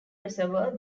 reservoir